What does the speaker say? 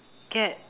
get